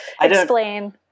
explain